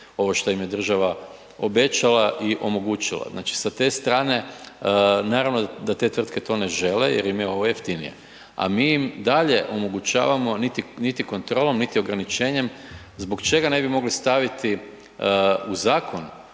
Ovo što im je država obećala i omogućila. Znači sa te strane, naravno da te tvrtke to ne žele jer im je ovo jeftinije, a mi im i dalje omogućavamo niti kontrolom niti ograničenjem. Zbog čega ne bi mogli staviti u zakon